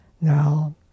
now